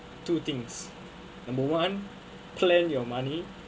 two things number one planned your money